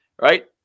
right